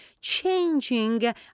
changing